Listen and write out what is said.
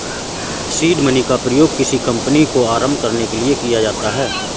seed money का प्रयोग किसी कंपनी को आरंभ करने के लिए किया जाता है